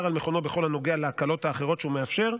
על כנו בכל הנוגע להקלות האחרות שהוא מאפשר,